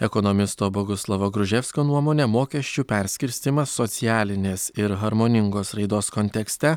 ekonomisto boguslavo gruževskio nuomone mokesčių perskirstymas socialinės ir harmoningos raidos kontekste